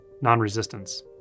non-resistance